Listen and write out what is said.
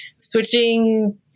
switching